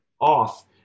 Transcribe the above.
off